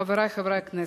חברי חברי הכנסת,